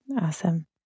Awesome